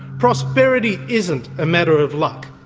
prosperity isn't a matter of luck,